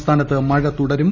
സംസ്ഥാനത്ത് മഴ തുടരും